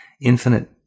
infinite